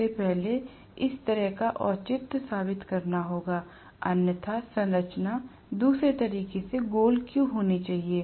सबसे पहले इस तरह का औचित्य साबित करना होगा अन्यथा संरचना दूसरे तरीके से गोल क्यों होनी चाहिए